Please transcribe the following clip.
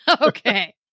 Okay